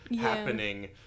happening